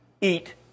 eat